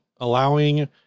allowing